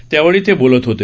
त्यावेळी ते बोलत होते